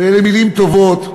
ואלה מילים טובות,